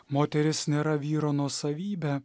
moteris nėra vyro nuosavybė